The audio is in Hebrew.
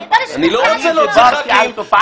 אני לא רוצה להוציא חברי כנסת.